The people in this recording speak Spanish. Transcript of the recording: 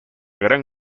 gran